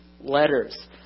letters